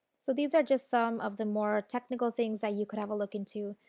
so these are just some of the more technical things that you can have a look into.